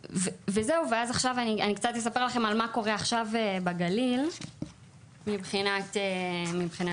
אני קצת אספר לכם על מה קורה עכשיו בגליל מבחינת הנתונים.